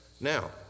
Now